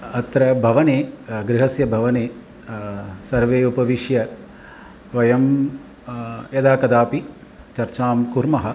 अत्र भवने गृहस्य भवने सर्वे उपविश्य वयं यदा कदापि चर्चां कुर्मः